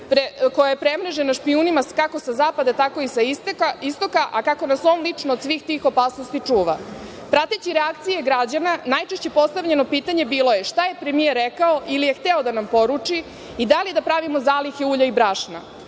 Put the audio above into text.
koja je premrežena špijunima, kako sa Zapada, tako i sa Istoka, a kako nas on lično od svih tih opasnosti čuva. Prateći reakcije građana, najčešće postavljeno pitanje bilo je – šta je premijer rekao ili je hteo da nam poruči i da li da pravimo zalihe ulja i brašna? Pitamo